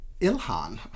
Ilhan